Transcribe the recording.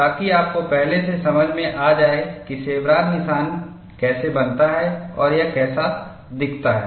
ताकि आपको पहले से समझ में आ जाए कि शेवरॉन निशान कैसे बनता है और यह कैसा दिखता है